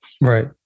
Right